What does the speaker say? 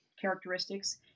characteristics